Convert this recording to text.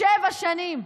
שבע שנים,